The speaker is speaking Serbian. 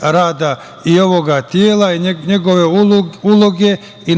rada ovoga tela, njegove uloge i